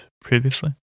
previously